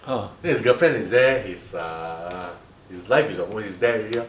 then his girlfriend is there his err his life is almost he's there already lor